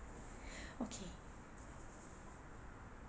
okay